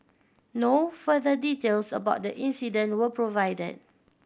no further details about the incident were provide